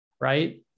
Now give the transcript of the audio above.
Right